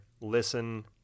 listen